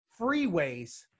freeways